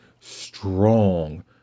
strong